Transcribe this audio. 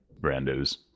brandos